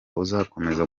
uzakomeza